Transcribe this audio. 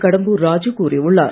கடம்பூர் ராஜு கூறியுள்ளார்